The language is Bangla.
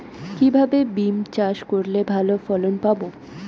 কিভাবে বিম চাষ করলে ভালো ফলন পাব?